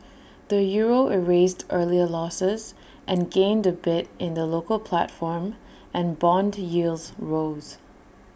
the euro erased earlier losses and gained A bit in the local platform and Bond yields rose